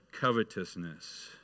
covetousness